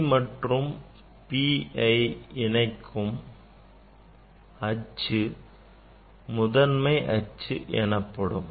C மற்றும் P இணைக்கும் அச்சு முதன்மை அச்சு எனப்படும்